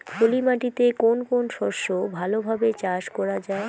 পলি মাটিতে কোন কোন শস্য ভালোভাবে চাষ করা য়ায়?